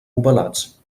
ovalats